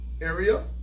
area